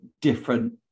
different